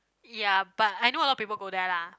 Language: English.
ya but I know a lot of people go there lah